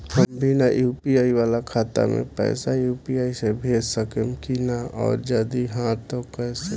हम बिना यू.पी.आई वाला खाता मे पैसा यू.पी.आई से भेज सकेम की ना और जदि हाँ त कईसे?